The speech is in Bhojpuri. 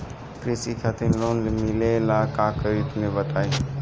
कृषि खातिर लोन मिले ला का करि तनि बताई?